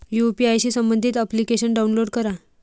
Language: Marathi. यू.पी.आय शी संबंधित अप्लिकेशन डाऊनलोड करा